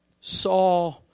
saw